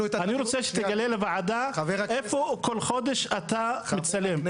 אנחנו --- אני רוצה שתגלה לוועדה איפה כל חודש אתה מצלם?